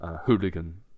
hooligan